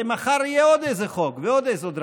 הרי מחר יהיו עוד איזה חוק ועוד איזו דרמה.